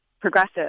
progressive